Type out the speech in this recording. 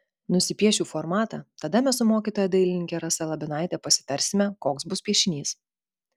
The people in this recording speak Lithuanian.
nusipiešiu formatą tada mes su mokytoja dailininke rasa labinaite pasitariame koks bus piešinys